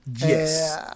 Yes